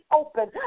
open